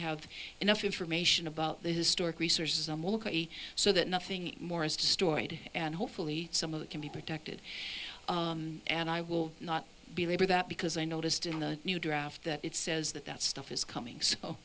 have enough information about the historic research so that nothing more is distorted and hopefully some of it can be protected and i will not belabor that because i noticed in the new draft that it says that that stuff is coming